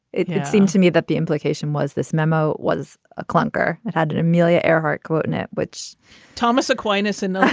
it it seemed to me that the implication was this memo was a clunker that had an amelia earhart quote in it which thomas aquinas and